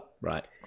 Right